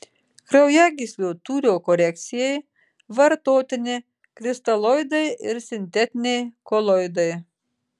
kraujagyslių tūrio korekcijai vartotini kristaloidai ir sintetiniai koloidai